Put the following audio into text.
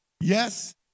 Yes